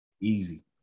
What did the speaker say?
Easy